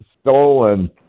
stolen